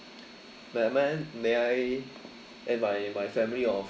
m~ m~ may I and my my family of